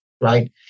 right